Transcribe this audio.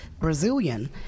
Brazilian